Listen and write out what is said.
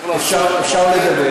מה שצריך לעשות, אפשר לדבר.